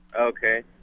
Okay